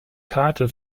karte